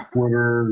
Twitter